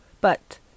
But